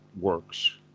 works